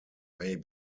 may